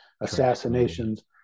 assassinations